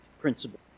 principle